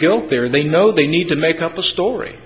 guilt there they know they need to make up a story